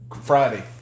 Friday